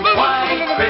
White